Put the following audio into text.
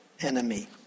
enemy